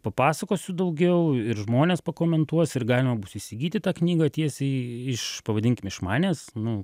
papasakosiu daugiau ir žmonės pakomentuos ir galima bus įsigyti tą knygą tiesiai iš pavadinkim iš manęs nu